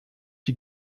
die